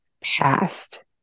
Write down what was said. past